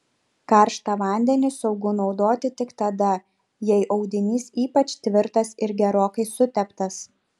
karštą vandenį saugu naudoti tik tada jei audinys ypač tvirtas ir gerokai suteptas